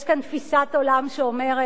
יש כאן תפיסת עולם שאומרת: